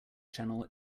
channel